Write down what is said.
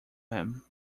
him